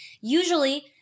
Usually